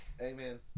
Amen